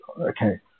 okay